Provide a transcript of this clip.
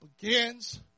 begins